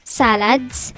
salads